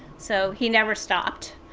so he never stopped.